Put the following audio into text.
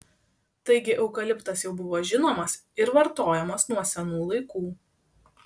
taigi eukaliptas jau buvo žinomas ir vartojamas nuo senų laikų